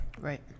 Right